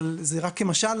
אבל זה רק כמשל,